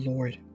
Lord